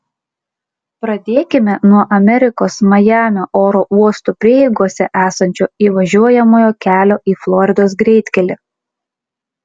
pradėkime nuo amerikos majamio oro uostų prieigose esančio įvažiuojamojo kelio į floridos greitkelį